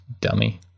Dummy